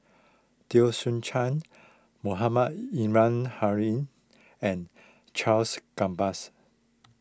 Teo Soon Chuan Mohamed Ismail and Charles Gambas